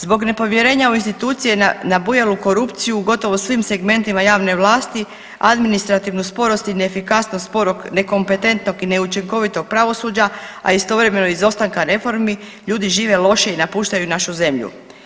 Zbog nepovjerenja u institucije, nabujalu korupciju u gotovo svim segmentima javne vlasti, administrativnu sporost i neefikasnost sporog, nekompetentnog i neučinkovitog pravosuđa, a istovremeno izostanka reformi ljudi žive loše i napuštaju našu zemlju.